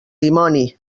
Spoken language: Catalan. dimoni